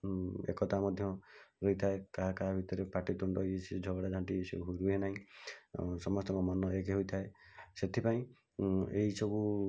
ଏକତା ମଧ୍ୟ ହୋଇଥାଏ କାହା କାହା ଭିତରେ ପାଟିତୁଣ୍ଡ ଇଏସିଏ ଝଗଡ଼ାଝାଣ୍ଟି ଏସବୁ ହୁଏନାହିଁ ଆଉ ସମସ୍ତଙ୍କ ମନ ଏକ ହୋଇଥାଏ ସେଥିପାଇଁ ଏହିସବୁ